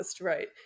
Right